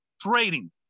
trading